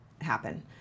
happen